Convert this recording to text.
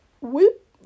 Whoop